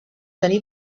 tenir